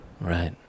right